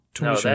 No